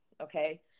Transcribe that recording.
Okay